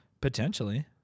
Potentially